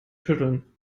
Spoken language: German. schütteln